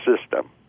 system